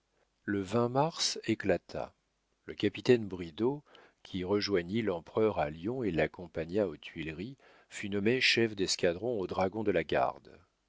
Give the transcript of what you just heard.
le mars éclata le capitaine bridau qui rejoignit l'empereur à lyon et l'accompagna aux tuileries fut nommé chef d'escadron aux dragons de la garde